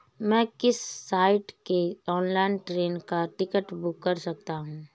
मैं किस साइट से ऑनलाइन ट्रेन का टिकट बुक कर सकता हूँ?